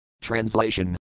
Translation